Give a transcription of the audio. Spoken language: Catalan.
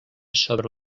sobre